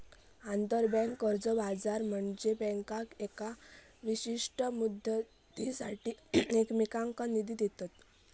आंतरबँक कर्ज बाजार म्हनजे बँका येका विशिष्ट मुदतीसाठी एकमेकांनका निधी देतत